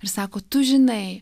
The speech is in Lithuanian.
ir sako tu žinai